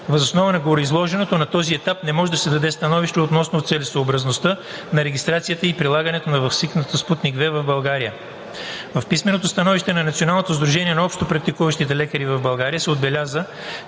Въз основа на гореизложеното на този етап не може да се даде становище относно целесъобразността на регистрацията и прилагането на ваксината „Спутник V“ в България. В писменото становище на Националното сдружение на общопрактикуващите лекари в България се отбелязва,